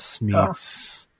meets –